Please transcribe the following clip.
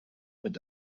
mit